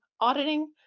auditing